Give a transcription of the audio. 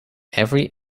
every